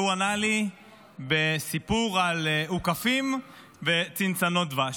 והוא ענה לי בסיפור על אוכפים וצנצנות דבש.